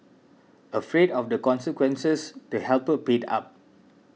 afraid of the consequences the helper paid up